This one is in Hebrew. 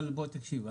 אבל תקשיב,